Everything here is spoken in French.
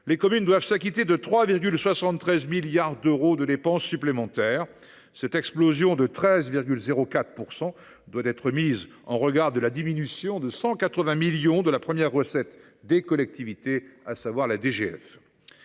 les communes ont dû s’acquitter de 3,73 milliards d’euros de dépenses supplémentaires. Cette explosion de 13,04 % doit être mise en regard de la diminution de 180 millions d’euros de la première recette des collectivités locales : la DGF.